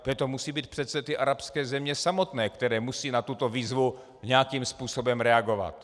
To musí být přece ty arabské země samotné, které musí na tuto výzvu nějakým způsobem reagovat.